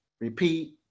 repeat